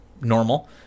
normal